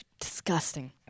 disgusting